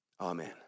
Amen